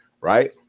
right